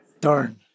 Darn